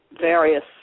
various